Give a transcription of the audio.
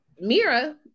Mira